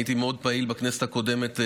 הייתי מאוד פעיל בכנסת הקודמת,